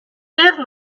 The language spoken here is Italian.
per